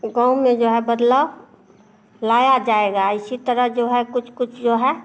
गाँव में जो है बदलाव लाया जाएगा इसी तरह जो है कुछ कुछ जो है